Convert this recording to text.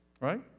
Right